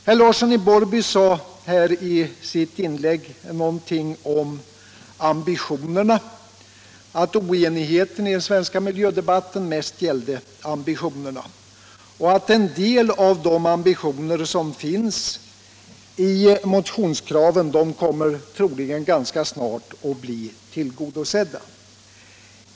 Herr Larsson i Borrby sade i sitt inlägg någonting om att oenigheten i den svenska miljödebatten mest gällde ambitionerna, och att en del av de ambitioner som finns i motionskraven troligen ganska snart kommer att bli tillgodosedda.